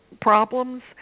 problems